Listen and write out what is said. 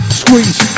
squeeze